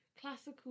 Classical